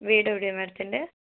വീട് എവിടെയാണ് മേഡത്തിന്റെ